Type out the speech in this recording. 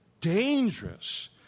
dangerous